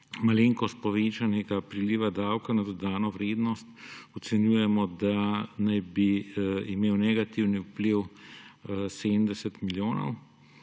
malenkost povečanega priliva davka na dodano vrednost, ocenjujemo, da naj bi imel negativni vpliv 70 milijonov.